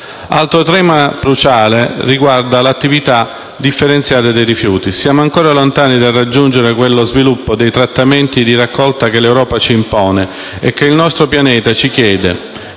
Altro tema cruciale è quello relativo alla raccolta differenziata dei rifiuti urbani. Siamo ancora lontani dal raggiungere quello sviluppo dei trattamenti di raccolta che l'Europa ci impone e che il nostro pianeta ci chiede,